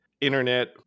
internet